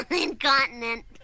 Incontinent